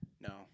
No